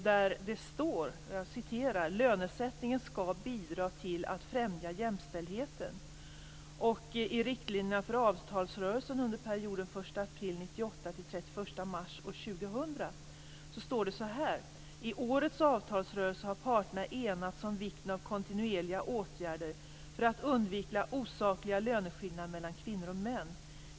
Där står: Lönesättningen skall bidra till att främja jämställdheten. 1 april 1998 till den 1 mars 2000 står det så här: I årets avtalsrörelse har parterna enats om vikten av kontinuerliga åtgärder för att undvika osakliga löneskillnader mellan kvinnor och män.